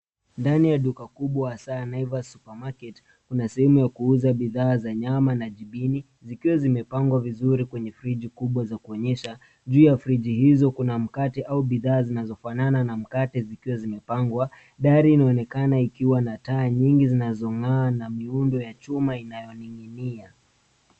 Ndani ya duka kubwa hasaa Naivas supermarket kuna sehemu ya kuuza bidhaa za nyama na jibini zikiwa zimepangwa vizuri kwenye friji kubwa za kuonyesha. Juu ya friji hizo kuna mkate au bidhaa zinazofanana na mkate zikiwa zimepangwa. Dari inaonekana ikiwa na taa nyingi zinazong'aa na miundo ya chuma inayoning'inia.